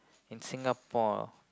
in Singapore